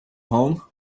home